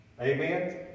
Amen